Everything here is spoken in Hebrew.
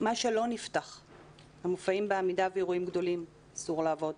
מה שלא נפתח אלה מופעים בעמידה ואירועים גדולים אסור לעבוד.